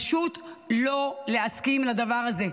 פשוט לא להסכים לדבר הזה.